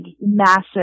massive